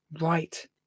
right